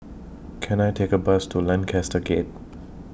Can I Take A Bus to Lancaster Gate